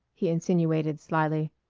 he insinuated slyly.